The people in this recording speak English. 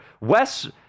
Wes